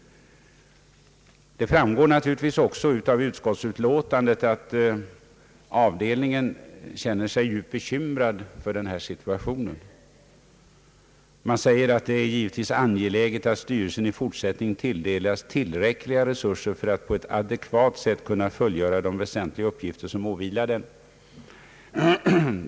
Det framgår naturligtvis också av utskottsutlåtandet att avdelningen känner sig djupt bekymrad för den här situationen. I utskottets utlåtande heter det att det givetvis är angeläget »att styrelsen i fortsättningen tilldelas tillräckliga resurser för att på ett adekvat sätt kunna fullgöra de väsentliga uppgifter som åvilar den».